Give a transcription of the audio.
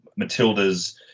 Matildas